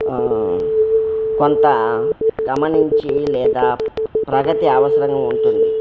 కొంత గమనించి లేదా ప్రగతి అవసరంగా ఉంటుంది